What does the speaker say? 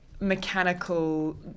mechanical